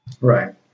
Right